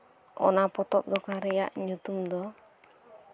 ᱚᱱᱟ ᱯᱚᱛᱚᱵ ᱫᱚᱠᱟᱱ ᱨᱮᱭᱟᱜ ᱧᱩᱛᱩᱢ ᱫᱚ